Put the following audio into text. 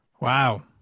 Wow